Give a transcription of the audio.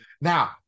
now